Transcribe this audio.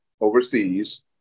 overseas